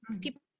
people